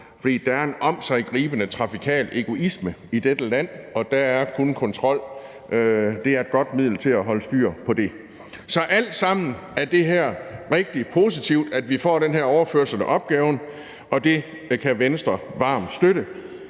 der er en omsiggribende trafikal egoisme i dette land, og der er kun et godt middel til at holde styr på den slags, og det er kontrol. Så alt i alt er det rigtig positivt, at vi får vedtaget den her overførsel af opgaverne, og det kan Venstre varmt støtte.